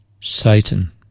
Satan